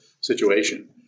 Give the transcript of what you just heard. situation